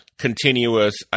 continuous